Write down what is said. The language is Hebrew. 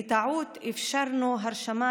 בטעות אפשרנו הרשמה.